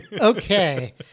Okay